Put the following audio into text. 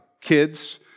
kids